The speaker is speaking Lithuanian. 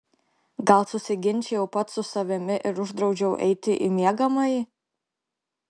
gal susiginčijau pats su savimi ir uždraudžiau eiti į miegamąjį